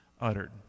uttered